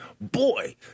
Boy